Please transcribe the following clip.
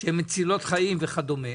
שהן מצילות חיים וכדומה,